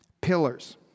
pillars